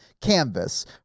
Canvas